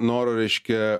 noro reiškia